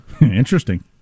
Interesting